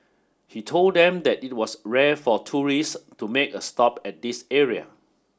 he told them that it was rare for tourists to make a stop at this area